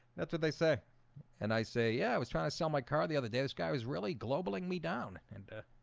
that's what they say and i say, yeah, i was trying to sell my car the other day this guy was really globulin me down and